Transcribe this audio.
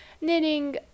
knitting